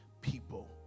people